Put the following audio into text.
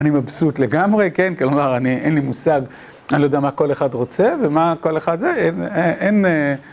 אני מבסוט לגמרי, כן, כלומר אין לי מושג, אני לא יודע מה כל אחד רוצה ומה כל אחד זה, אין...